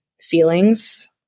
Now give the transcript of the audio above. feelings